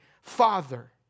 father